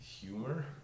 Humor